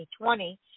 2020